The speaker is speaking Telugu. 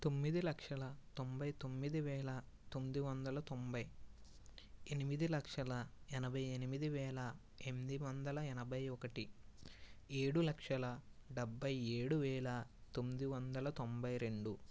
తొమ్మిది లక్షల తొంభై తొమ్మిది వేల తొమ్మిది వందల తొంభై ఎనిమిది లక్షల ఎనభై ఎనిమిది వేల ఎనిమిది వందల ఎనభై ఒకటి ఏడు లక్షల డెభై ఏడు వేల తొమ్మిది వందల తొంభై రెండు